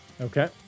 Okay